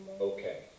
okay